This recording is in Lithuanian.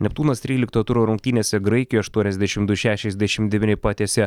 neptūnas trylikto turo rungtynėse graikijoj aštuoniasdešimt du šešiasdešimt devyni patiesė